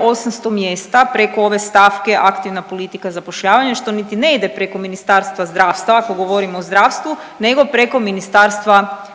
800 mjesta preko ove stavke Aktivna politika zapošljavanja što niti ne ide preko Ministarstva zdravstva ako govorimo o zdravstvu nego preko Ministarstva rada.